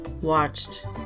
watched